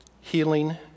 healing